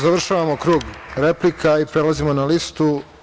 Završavamo krug replika i prelazimo na listu.